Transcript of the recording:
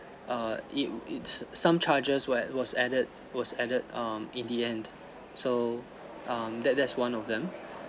err it it's some charges were was added was added um in the end so um that that's one of them